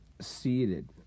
seated